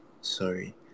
sorry